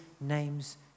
name's